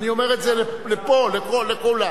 אני אומר את זה לפה, לפה, לכולם.